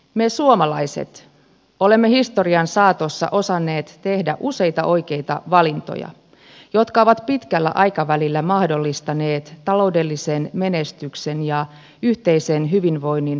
me suomalaiset olemme historian saatossa osanneet tehdä useita oikeita valintoja jotka ovat pitkällä aikavälillä mahdollistaneet taloudellisen menestyksen ja yhteisen hyvinvoinnin rakentamisen